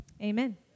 Amen